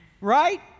right